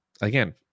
again